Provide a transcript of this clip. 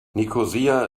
nikosia